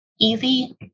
easy